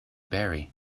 berry